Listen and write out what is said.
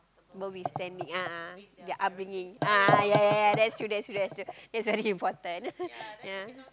both is standing a'ah their upbringing ah ya ya ya that's true that's true that's true that's it's very important ya